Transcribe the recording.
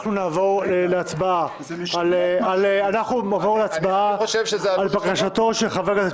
אנחנו נעבור להצבעה על בקשתו של הרב רפי